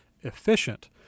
efficient